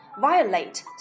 Violate